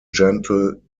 gentle